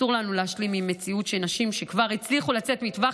אסור לנו להשלים עם מציאות שנשים שכבר הצליחו לצאת מטווח